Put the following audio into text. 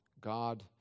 God